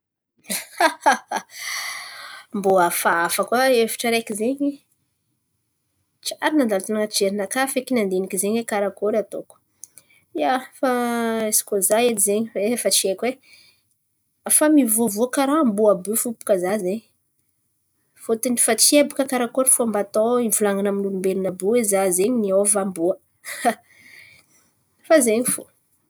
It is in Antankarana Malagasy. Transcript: Mbo hafahafa koa hevitry araiky zen̈y! Tsiary nandalo tan̈aty jerinakà fekiny handiniky zen̈y karakôry ataoko? Ia, fa izy koa za edy zen̈y efa tsy haiko e. Fa mivovoa karà amboa àby io fo baka za zen̈y. Fôtony fa tsy hay baka karakôry fomba atao ivolan̈ana amin'ny olombelon̈o àby io oe za zen̈y niôva amboa. Fa zen̈y fo!